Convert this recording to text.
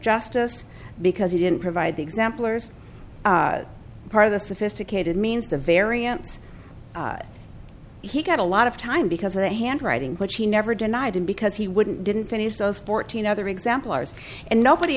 justice because he didn't provide the example or as part of the sophisticated means the variance he got a lot of time because of the handwriting which he never denied him because he wouldn't didn't finish those fourteen other example ours and nobody